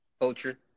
culture